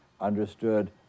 understood